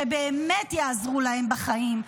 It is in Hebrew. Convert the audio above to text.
שבאמת יעזרו להם בחיים,